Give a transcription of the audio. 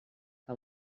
que